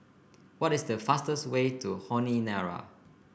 what is the fastest way to Honiara